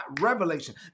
revelation